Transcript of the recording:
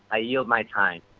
i yield my time.